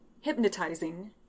hypnotizing